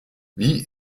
wie